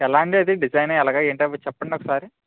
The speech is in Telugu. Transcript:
ఎలా అండి అది డిజైన్స్ ఎలాగా ఏంటి అవి చెప్పండి ఒకసారి